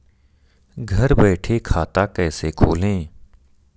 घर बैठे खाता कैसे खोलें?